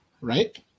Right